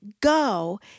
go